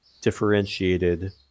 differentiated